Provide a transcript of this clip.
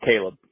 Caleb